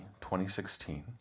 2016